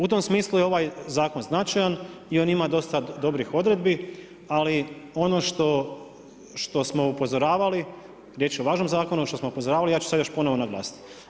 U tom smislu je ovaj zakon značajan i on ima dosta dobrih odredbi, ali ono što smo upozoravali riječ je o važnom zakonu, što smo upozoravali ja ću sad još ponovno naglasit.